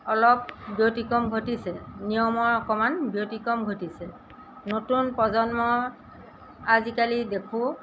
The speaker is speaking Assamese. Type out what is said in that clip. অলপ ব্যতিক্ৰম ঘটিছে নিয়মৰ অকণমান ব্যতিক্ৰম ঘটিছে নতুন প্ৰজন্মৰ আজিকালি দেখোঁ